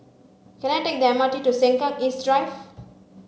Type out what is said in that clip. can I take the M R T to Sengkang East Drive